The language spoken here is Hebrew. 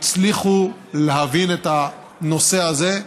הצליחו להבין את הנושא הזה,